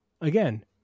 again